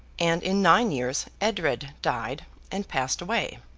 and, in nine years, edred died, and passed away.